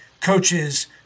coaches